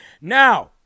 Now